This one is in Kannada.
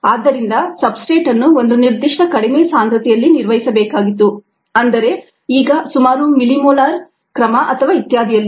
ಆದ್ದರಿಂದ ಸಬ್ಸ್ಟ್ರೇಟ್ ಅನ್ನು ಒಂದು ನಿರ್ದಿಷ್ಟ ಕಡಿಮೆ ಸಾಂದ್ರತೆಯಲ್ಲಿ ನಿರ್ವಹಿಸಬೇಕಾಗಿತ್ತು ಅಂದರೆ ಈಗ ಸುಮಾರು ಮಿಲಿಮೊಲಾರ್ ಕ್ರಮ ಮತ್ತು ಇತ್ಯಾದಿ ಯಲ್ಲಿ